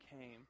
came